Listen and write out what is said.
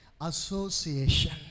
association